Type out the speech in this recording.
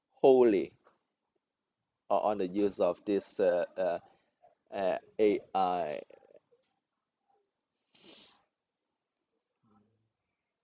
wholly or on the use of this uh uh uh A_I